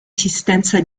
esistenza